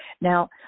Now